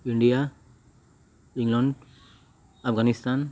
India England Afghanistan